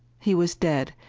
he was dead,